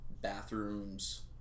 bathrooms